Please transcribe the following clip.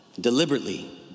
deliberately